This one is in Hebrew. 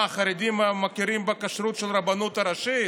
מה, חרדים מכירים בכשרות של הרבנות הראשית?